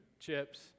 chips